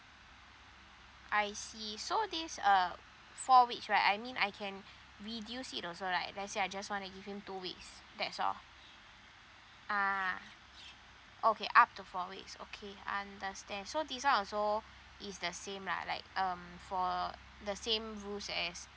I see so this uh four weeks right I mean I can reduce it also right let's say I just wanna give him two weeks that's all ah okay up to four weeks okay understand so this one also is the same lah like um for the same rules as